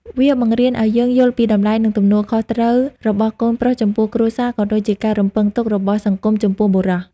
វាបង្រៀនឱ្យយើងយល់ពីតម្លៃ និងទំនួលខុសត្រូវរបស់កូនប្រុសចំពោះគ្រួសារ ក៏ដូចជាការរំពឹងទុករបស់សង្គមចំពោះបុរស។